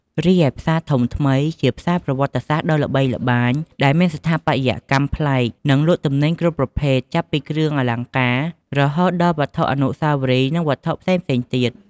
រីឯផ្សារធំថ្មី ជាផ្សារប្រវត្តិសាស្ត្រដ៏ល្បីល្បាញ ដែលមានស្ថាបត្យកម្មប្លែក និងលក់ទំនិញគ្រប់ប្រភេទ ចាប់ពីគ្រឿងអលង្ការ រហូតដល់វត្ថុអនុស្សាវរីយ៍ និងវត្ថុផ្សេងៗទៀត។